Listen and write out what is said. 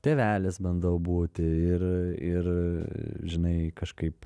tėvelis bandau būti ir ir žinai kažkaip